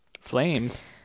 flames